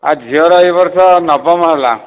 ଆଉ ଝିଅ ର ଏହି ବର୍ଷ ନବମ ହେଲା